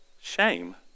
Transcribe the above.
shame